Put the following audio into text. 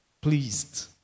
pleased